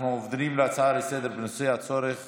אנחנו עוברים להצעות לסדר-היום בנושא: הצורך